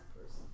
person